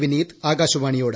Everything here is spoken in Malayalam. വിനീത് ആകാശവാണിയോട്